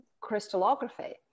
crystallography